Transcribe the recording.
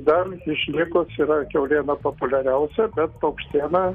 dar išlikus yra kiauliena populiariausia bet paukštiena